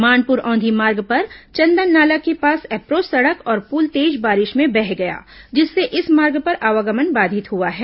मानपुर औंधी मार्ग पर चंदन नाला के पास एप्रोच सड़क और पुल तेज बारिश में बह गया जिससे इस मार्ग पर आवागमन बाधित हुआ है